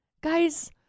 guys